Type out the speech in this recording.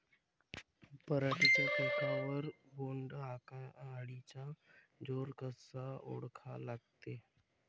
पराटीच्या पिकावर बोण्ड अळीचा जोर कसा ओळखा लागते?